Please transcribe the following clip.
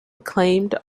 claimed